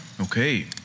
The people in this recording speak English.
Okay